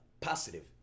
positive